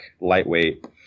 lightweight